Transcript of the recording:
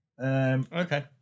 okay